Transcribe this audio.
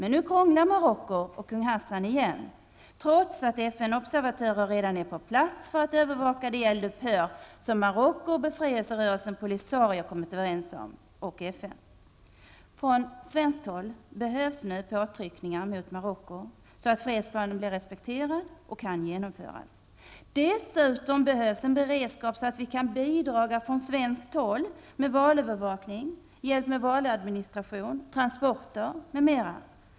Nu krånglar Marocko och kung Hassan igen, trots att FN-observatörer redan är på plats för att övervaka det eldupphör som Marocko, befrielserörelsen Polisario och FN kommit överens om. Från svenskt håll behövs påtryckningar mot Marocko, så att fredsplanen blir respekterad och kan genomföras. Dessutom behövs en beredskap, så att vi kan bidraga från svenskt håll med valövervakning, hjälp med valadministration, transporter m.m.